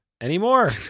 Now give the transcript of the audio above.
anymore